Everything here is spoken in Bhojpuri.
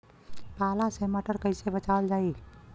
पाला से मटर कईसे बचावल जाई?